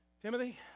Timothy